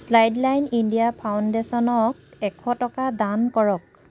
Childline India ফাউণ্ডেশ্যনক এশ টকা দান কৰক